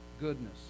goodness